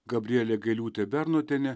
gabrielė gailiūtė bernotienė